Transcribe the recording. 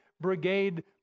brigade